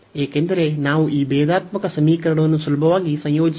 ಏಕೆಂದರೆ ಈಗ ನಾವು ಈ ಭೇದಾತ್ಮಕ ಸಮೀಕರಣವನ್ನು ಸುಲಭವಾಗಿ ಸಂಯೋಜಿಸಬಹುದು